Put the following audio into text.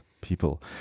people